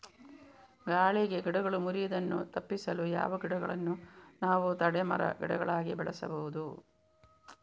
ಗಾಳಿಗೆ ಗಿಡಗಳು ಮುರಿಯುದನ್ನು ತಪಿಸಲು ಯಾವ ಗಿಡಗಳನ್ನು ನಾವು ತಡೆ ಮರ, ಗಿಡಗಳಾಗಿ ಬೆಳಸಬಹುದು?